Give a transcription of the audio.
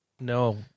No